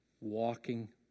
Walking